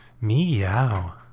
Meow